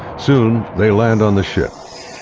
soon they land on the ship.